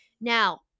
Now